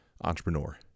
entrepreneur